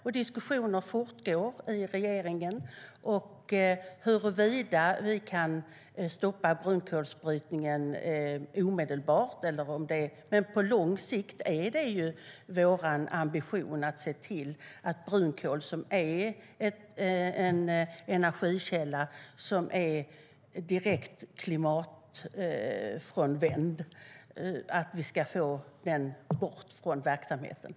Och diskussionerna fortgår i regeringen. Vi kan inte stoppa brunkolsbrytningen omedelbart, men på lång sikt är det vår ambition att se till att brunkol, som är en direkt "klimatfrånvänd" energikälla, ska tas bort från verksamheten.